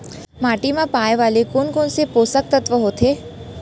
माटी मा पाए वाले कोन कोन से पोसक तत्व होथे?